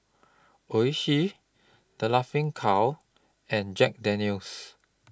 Oishi The Laughing Cow and Jack Daniel's